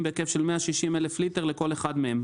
בהיקף של 160,000 ליטרים לכל אחד מהם.